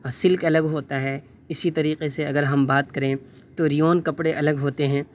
silk الگ ہوتا ہے اسی طریقے سے اگر ہم بات کریں تو ریون کپڑے الگ ہوتے ہیں